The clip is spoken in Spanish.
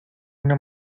una